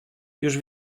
już